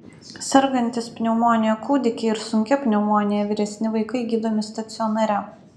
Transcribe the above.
sergantys pneumonija kūdikiai ir sunkia pneumonija vyresni vaikai gydomi stacionare